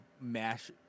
mash